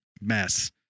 mess